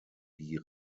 die